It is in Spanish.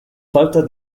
falta